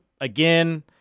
again